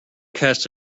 casts